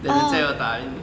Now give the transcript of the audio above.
then 人家要打 then 你